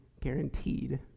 guaranteed